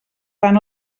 fan